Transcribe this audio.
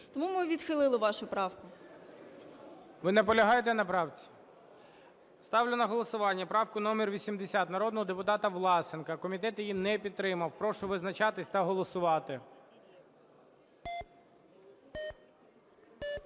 Тому ми відхилили вашу правку. ГОЛОВУЮЧИЙ. Ви наполягаєте на правці? Ставлю на голосування правку номер 80 народного депутата Власенка, комітет її не підтримав. Прошу визначатися та голосувати.